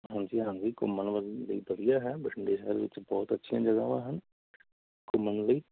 ਹਾਂਜੀ ਹਾਂਜੀ ਘੁੰਮਣ ਵ ਲਈ ਵਧੀਆ ਹੈ ਬਠਿੰਡੇ ਸ਼ਹਿਰ ਵਿੱਚ ਬਹੁਤ ਅੱਛੀਆਂ ਜਗ੍ਹਾਵਾਂ ਹਨ ਘੁੰਮਣ ਲਈ